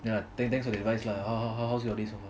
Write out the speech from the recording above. ya then thanks for the advice lah so how how how's your day so far